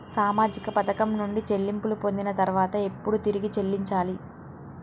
సామాజిక పథకం నుండి చెల్లింపులు పొందిన తర్వాత ఎప్పుడు తిరిగి చెల్లించాలి?